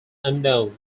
unknown